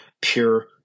pure